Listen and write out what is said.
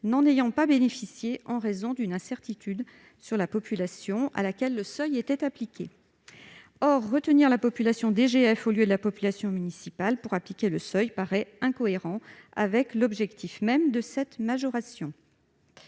n'en ayant pas bénéficié en raison d'une incertitude sur la population à laquelle le seuil était appliqué. Or retenir la population DGF au lieu de la population municipale pour appliquer le seuil paraît incohérent avec l'objectif même de cette majoration.